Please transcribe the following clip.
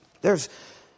theres